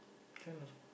can also